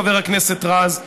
חבר הכנסת רז,